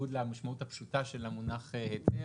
בניגוד למשמעות הפשוטה של המונח היתר,